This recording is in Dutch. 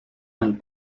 aan